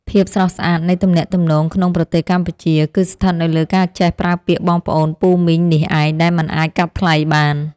ភាពស្រស់ស្អាតនៃទំនាក់ទំនងក្នុងប្រទេសកម្ពុជា គឺស្ថិតនៅលើការចេះប្រើពាក្យបងប្អូនពូមីងនេះឯងដែលមិនអាចកាត់ថ្លៃបាន។